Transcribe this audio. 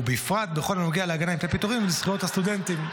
ובפרט בכל הנוגע להגנה מפני פיטורים וזכויות הסטודנטים.